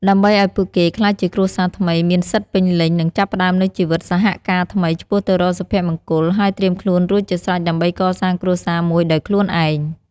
ដើម្បីឲ្យពួកគេក្លាយជាគ្រួសារថ្មីមានសិទ្ធិពេញលេញ និងចាប់ផ្ដើមនូវជីវិតសហការថ្មីឆ្ពោះទៅរកសុភមង្គល ហើយត្រៀមខ្លួនរួចជាស្រេចដើម្បីកសាងគ្រួសារមួយដោយខ្លួនឯង។